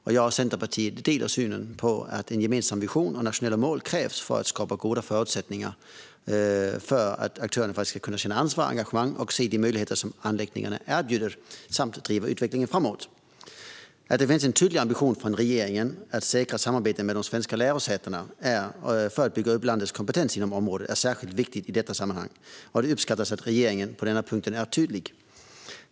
Jag och Centerpartiet delar synen att en gemensam vision och nationella mål krävs för att skapa goda förutsättningar för aktörerna att känna ansvar och engagemang, se de möjligheter som anläggningarna erbjuder och driva utvecklingen framåt. Att det finns en tydlig ambition från regeringen att säkra samarbeten med de svenska lärosätena för att bygga upp landets kompetens inom området är särskilt viktigt i detta sammanhang, och det uppskattas att regeringen på denna punkt är tydlig.